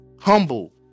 humble